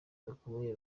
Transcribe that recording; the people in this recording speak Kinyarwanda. bakomeye